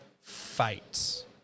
fights